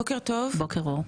שלום,